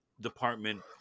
department